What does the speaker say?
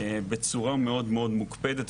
בצורה מאוד מאוד מוקפדת,